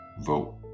vote